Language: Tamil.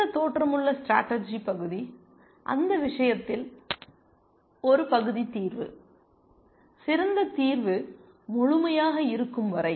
சிறந்த தோற்றமுள்ள ஸ்டேடர்ஜி பகுதி அந்த விஷயத்தில் ஒரு பகுதி தீர்வு சிறந்த தீர்வு முழுமையாக இருக்கும் வரை